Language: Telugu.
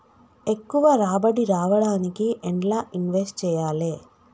ఎక్కువ రాబడి రావడానికి ఎండ్ల ఇన్వెస్ట్ చేయాలే?